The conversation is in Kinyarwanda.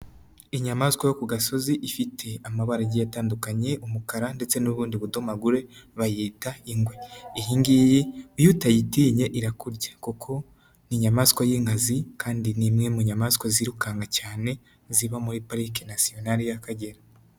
Inyamaswa yo ku gasozi ifite amabara agiye atandukanye umukara ndetse n'ubundi budomagure bayita ingwe, iyi ngiyi iyo utayitinye irakurya kuko ni inyamaswa y'inkazi kandi ni imwe mu nyamaswa zirukanka cyane ziba muri Parike National y'Akagera.